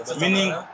meaning